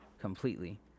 Completely